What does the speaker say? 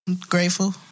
grateful